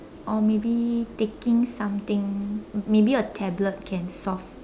or maybe taking something maybe a tablet can solve